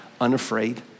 unafraid